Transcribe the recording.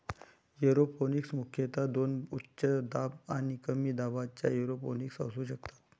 aeroponics मुख्यतः दोन उच्च दाब आणि कमी दाबाच्या एरोपोनिक्स असू शकतात